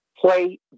play